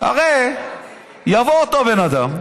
הרי יבוא אותו בן אדם,